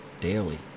daily